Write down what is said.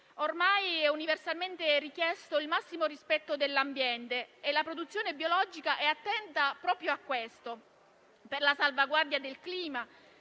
Ormai è universalmente richiesto il massimo rispetto dell'ambiente e la produzione biologica è attenta proprio a questo, per la salvaguardia del clima,